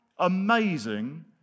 Amazing